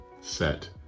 set